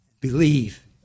believe